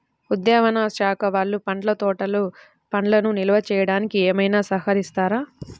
ఉద్యానవన శాఖ వాళ్ళు పండ్ల తోటలు పండ్లను నిల్వ చేసుకోవడానికి ఏమైనా సహకరిస్తారా?